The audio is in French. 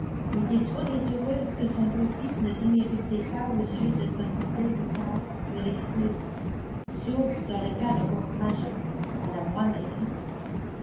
était trop désireuse que son beau-fils ne déméritât pas aux yeux de mlle woodhouse pour l'exposer sauf dans le cas de force majeure à la moindre critique